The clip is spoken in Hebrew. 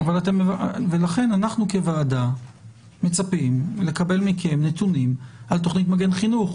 לכן אנחנו כוועדה מצפים לקבל מכם נתונים על תוכנית מגן חינוך,